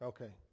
Okay